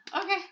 Okay